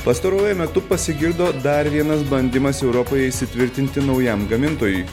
pastaruoju metu pasigirdo dar vienas bandymas europoje įsitvirtinti naujam gamintojui